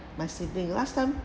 my sibling last time